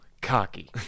Cocky